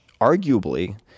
arguably